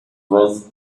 was